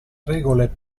regole